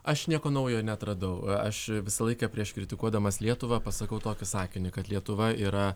aš nieko naujo neatradau aš visą laiką prieš kritikuodamas lietuvą pasakau tokį sakinį kad lietuva yra